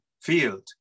field